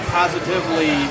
positively